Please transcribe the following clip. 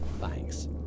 Thanks